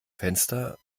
fenster